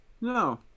No